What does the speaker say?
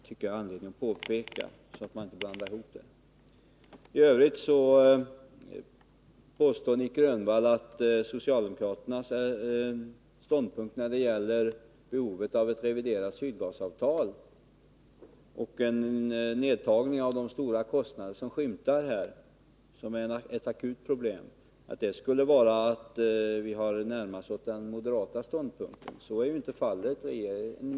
Nic Grönvall påstår att socialdemokraternas ställningstagande när det gäller behovet av ett reviderat Sydgasavtal och en minskning av de stora kostnader som man kan se som ett akut problem innebär att vi har närmat oss den moderata ståndpunkten. Så är inte fallet.